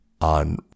on